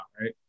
right